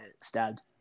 stabbed